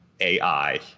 AI